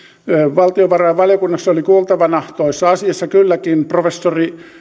valtiovarainvaliokunnassa oli kuultavana toisessa asiassa kylläkin professori